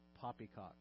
Poppycock